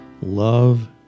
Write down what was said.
Love